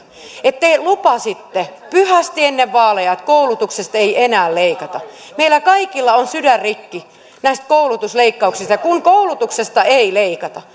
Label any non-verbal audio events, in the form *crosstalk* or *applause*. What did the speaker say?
te lupasitte pyhästi ennen vaaleja että koulutuksesta ei enää leikata meillä kaikilla on sydän rikki näistä koulutusleikkauksista ja kun koulutuksesta ei leikata *unintelligible*